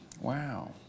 Wow